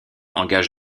engage